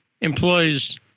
employees